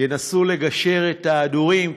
ינסו ליישר את ההדורים,